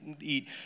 eat